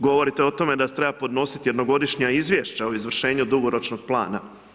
Govorite o tome da se treba podnositi jednogodišnja Izvješća o izvršenju dugoročnog plana.